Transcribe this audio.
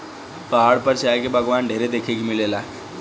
पहाड़ पर चाय के बगावान ढेर देखे के मिलेला